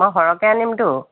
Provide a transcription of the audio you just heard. মই সৰহকৈ আনিমতো